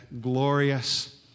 glorious